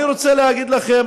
אני רוצה להגיד לכם,